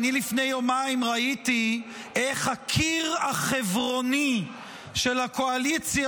לפני יומיים ראיתי איך הקיר החברוני של הקואליציה